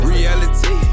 Reality